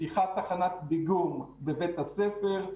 פתיחת תחנת דיגום בבית הספר.